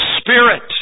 spirit